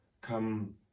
Come